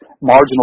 marginal